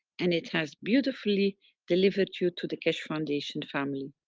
and it has beautifully delivered you to the keshe foundation family.